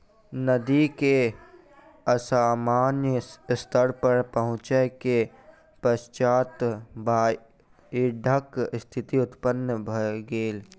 नदी के असामान्य स्तर पर पहुँचै के पश्चात बाइढ़क स्थिति उत्पन्न भ गेल